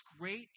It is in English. great